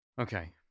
Okay